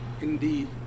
Indeed